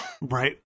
Right